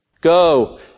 go